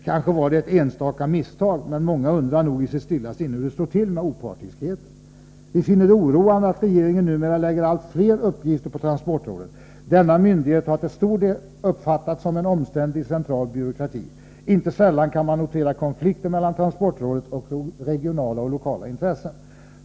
Kanske var det ett enstaka misstag, men många undrar nog i sitt stilla sinne hur det står till med opartiskheten. Vi finner det oroande att regeringen numera lägger ut allt fler uppgifter på transportrådet. Denna myndighet har uppfattas som en del i en omständlig central byråkrati. Inte sällan kan man notera konflikter mellan transportrådet och regionala och lokala intressen.